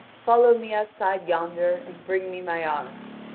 follow me outside yonder, and bring me my arms.